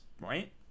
Right